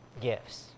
gifts